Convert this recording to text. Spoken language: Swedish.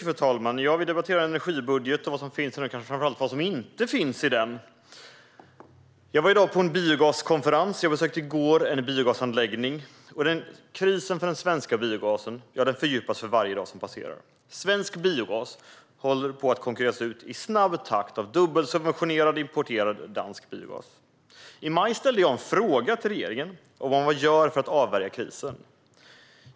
Fru talman! Vi debatterar nu vad som finns i energibudgeten och kanske framför allt vad som inte finns i den. Jag var i dag på en biogaskonferens, och i går besökte jag en biogasanläggning. Krisen för den svenska biogasen fördjupas för varje dag som går. Svensk biogas håller i snabb takt på att konkurreras ut av dubbelsubventionerad importerad dansk biogas. I maj ställde jag en fråga till regeringen om vad man gör för att avvärja krisen.